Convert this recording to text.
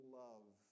love